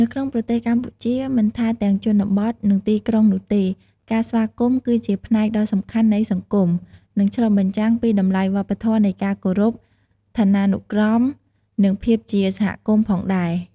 នៅក្នុងប្រទេសកម្ពុជាមិនថាទាំងជនបទ និងទីក្រុងនោះទេ ការស្វាគមន៍គឺជាផ្នែកដ៏សំខាន់នៃសង្គម និងឆ្លុះបញ្ចាំងពីតម្លៃវប្បធម៌នៃការគោរព ឋានានុក្រម និងភាពជាសហគមន៍ផងដែរ។